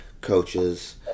coaches